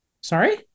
Sorry